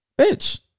bitch